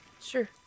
Sure